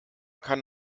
kann